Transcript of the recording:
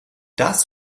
das